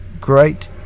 great